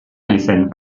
naizen